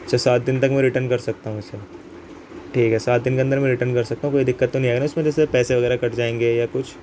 اچھا سات دن تک میں ریٹن کر سکتا ہوں اسے ٹھیک ہے سات دن کے اندر میں ریٹن کر سکتا ہوں کوئی دقت تو نہیں ہے نا اس میں جیسے پیسے وغیرہ کٹ جائیں گے یا کچھ